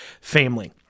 family